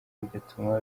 bigatuma